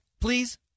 please